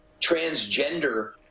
transgender